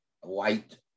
white